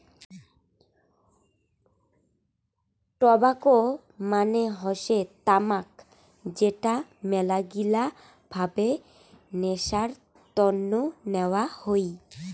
tobacco মানে হসে তামাক যেটা মেলাগিলা ভাবে নেশার তন্ন নেওয়া হই